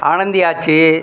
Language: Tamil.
ஆனந்தி ஆச்சி